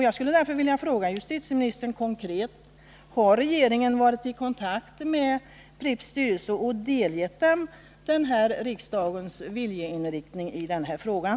Jag skulle därför konkret vilja fråga justitieministern: Har regeringen varit i kontakt med Pripps styrelse och delgett den riksdagens viljeinriktning i den här frågan?